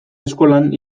eskolan